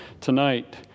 tonight